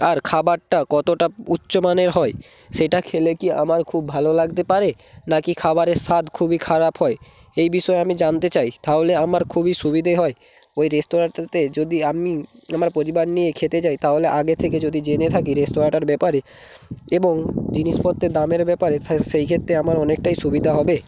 আর খাবারটা কতটা উচ্চমানের হয় সেটা খেলে কি আমার খুব ভালো লাগতে পারে না কি খাবারের স্বাদ খুবই খারাপ হয় এই বিষয়ে আমি জানতে চাই তাহলে আমার খুবই সুবিধে হয় ওই রেস্তরাঁটিতে যদি আমি আমার পরিবার নিয়ে খেতে যাই তাহলে আগে থেকে যদি জেনে থাকি রেস্তরাঁটার ব্যাপারে এবং জিনিসপত্রের দামের ব্যাপারে তাহলে সেইক্ষেত্রে আমার অনেকটাই সুবিধা হবে